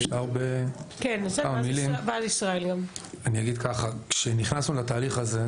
אני אגיד ככה: כשנכנסנו לתהליך הזה,